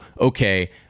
okay